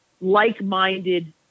like-minded